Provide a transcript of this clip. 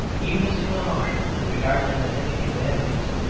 he was too emotional to regard them as anything but enemies,